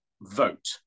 vote